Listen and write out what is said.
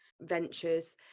ventures